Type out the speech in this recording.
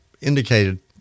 Indicated